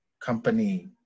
company